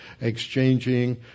exchanging